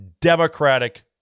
democratic